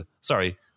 sorry